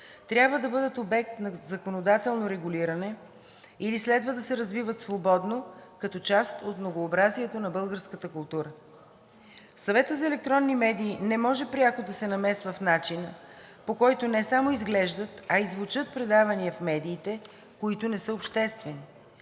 трябва да бъдат обект на законодателно регулиране или следва да се развиват свободно като част от многообразието на българската култура. СЕМ не може пряко да се намесва в начина, по който не само изглеждат, а и звучат предавания в медиите, които не са обществени.